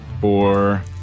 Four